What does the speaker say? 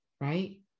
Right